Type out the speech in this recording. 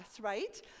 right